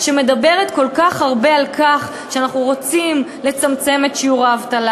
שמדברת כל כך הרבה על כך שאנחנו רוצים לצמצם את שיעור האבטלה